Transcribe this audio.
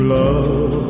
love